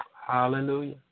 Hallelujah